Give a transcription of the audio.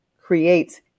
creates